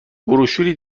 بروشوری